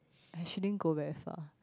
she didn't go very far